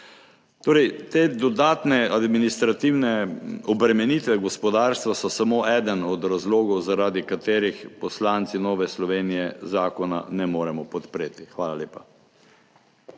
naprej. Te dodatne administrativne obremenitve gospodarstva so samo eden od razlogov, zaradi katerih poslanci Nove Slovenije zakona ne moremo podpreti. Hvala lepa.